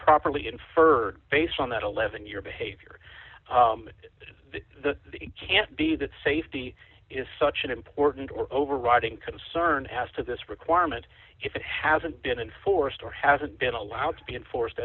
properly inferred based on that eleven year behavior the can't be that safety is such an important or overriding concern as to this requirement if it hasn't been enforced or hasn't been allowed to be enforced